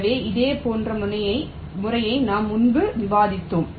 எனவே இதே போன்ற முறையை நாம் முன்பு விவாதித்தோம்